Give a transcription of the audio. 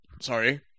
Sorry